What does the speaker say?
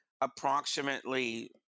approximately